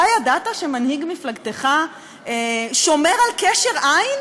אתה ידעת שמנהיג מפלגתך שומר על קשר עין